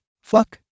fuck